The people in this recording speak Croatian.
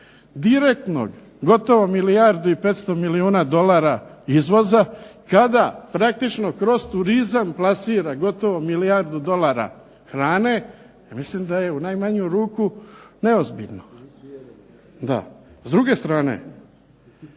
direktno gotovo milijardu i 500 milijuna dolara izvoza kada praktično kroz turizam plasira gotovo milijardu dolara hrane, mislim da je u najmanju ruku neozbiljno. S druge strane,